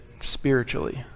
spiritually